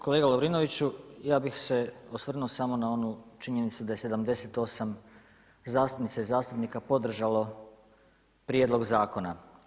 Kolega Lovrinoviću ja bih se osvrnuo samo na onu činjenicu da je 78 zastupnica i zastupnika podržalo prijedlog zakona.